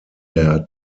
der